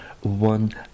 one